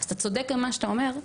אתה צודק במה שאתה אומר,